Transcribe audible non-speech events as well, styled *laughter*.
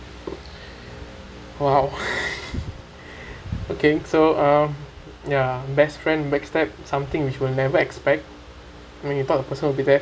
!wow! *laughs* okay so uh ya best friend back stab something which will never expect when you though the person will be there